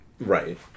Right